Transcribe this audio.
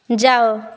ଯାଅ